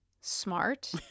smart